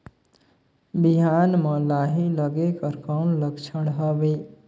बिहान म लाही लगेक कर कौन लक्षण हवे?